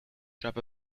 drop